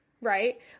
right